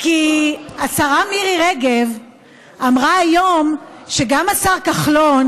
כי השרה מירי רגב אמרה היום שגם השר כחלון